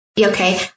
Okay